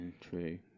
true